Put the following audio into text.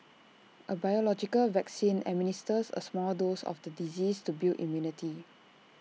A biological vaccine administers A small dose of the disease to build immunity